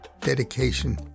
dedication